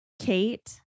Kate